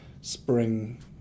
spring